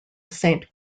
saint